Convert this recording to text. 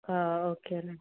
ఓకేనండి